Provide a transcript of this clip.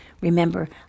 Remember